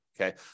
Okay